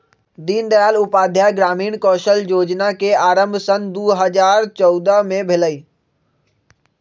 दीनदयाल उपाध्याय ग्रामीण कौशल जोजना के आरम्भ सन दू हज़ार चउदअ से भेलइ